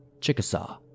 Chickasaw